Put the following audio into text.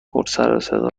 پرسرصدا